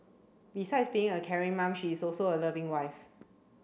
besides being a caring mom she is also a loving wife